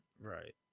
right